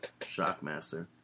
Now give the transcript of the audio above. Shockmaster